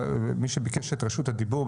מי שביקש את רשות הדיבור,